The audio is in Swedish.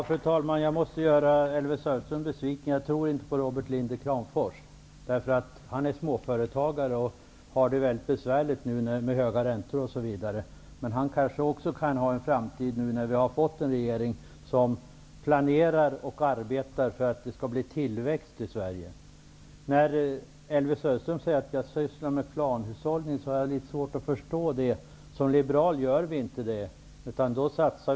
Fru talman! Jag måste tyvärr göra Elvy Söderström besviken. Jag tror inte på Robert Lind i Kramfors, därför att han är småföretagare och har det väldigt besvärligt med höga räntor, osv. Även han kanske kan ha en bättre framtid när vi har en regering som planerar och arbetar för tillväxt i Sverige. Elvy Söderström säger att jag sysslar med planhushållning. Jag har litet svårt att förstå det, eftersom en liberal inte sysslar med det.